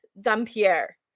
Dampierre